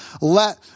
let